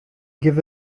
give